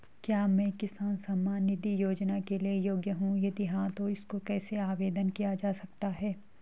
क्या मैं किसान सम्मान निधि योजना के लिए योग्य हूँ यदि हाँ तो इसको कैसे आवेदन किया जा सकता है?